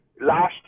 last